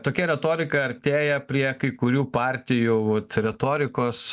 tokia retorika artėja prie kai kurių partijų vat retorikos